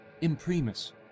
imprimis